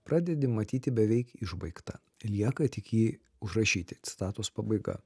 pradedi matyti beveik išbaigtą lieka tik jį užrašyti citatos pabaiga